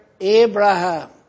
Abraham